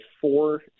four